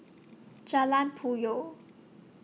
Jalan Puyoh